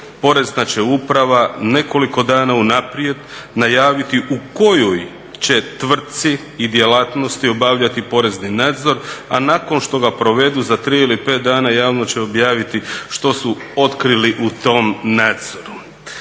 porezna će uprava nekoliko dana unaprijed najaviti u kojoj će tvrtci i djelatnosti obavljati porezni nadzor, a nakon što ga provedu za 3 ili 5 dana javno će objaviti što su otkrili u tom nadzoru.